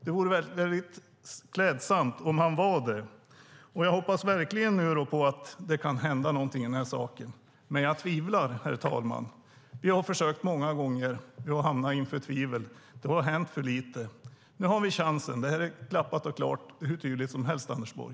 Det vore klädsamt om han var det. Jag hoppas nu verkligen på att det kan hända någonting när det gäller det här, men jag tvivlar, herr talman. Vi har försökt många gånger, men vi har tvivel. Det har hänt för lite. Nu har vi chansen! Det här är klappat och klart och hur tydligt som helst, Anders Borg.